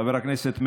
חבר הכנסת מרגי,